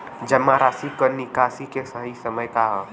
जमा राशि क निकासी के सही समय का ह?